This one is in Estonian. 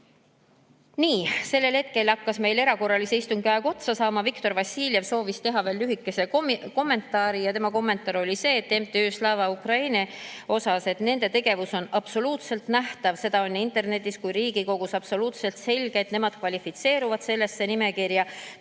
Nii. Sellel hetkel hakkas meil erakorralise istungi aeg otsa saama. Viktor Vassiljev soovis teha veel lühikese kommentaari. Tema kommentaar oli MTÜ Slava Ukraini kohta selline, et nende tegevus on absoluutselt nähtav, see on nii internetis kui ka Riigikogus absoluutselt selge, nemad kvalifitseeruvad sellesse nimekirja.